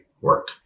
work